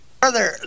Brother